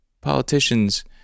politicians